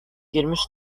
girmiş